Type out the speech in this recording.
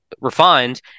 refined